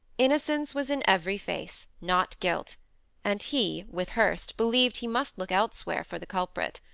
innocence was in every face not guilt and he, with hurst, believed he must look elsewhere for the culprit.